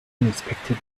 unexpectedly